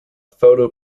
photo